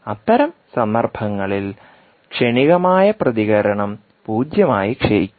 അത്തരം സന്ദർഭങ്ങളിൽ ക്ഷണികമായ പ്രതികരണം പൂജ്യമായി ക്ഷയിക്കില്ല